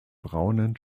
braunen